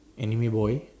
anime boy